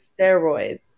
steroids